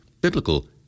biblical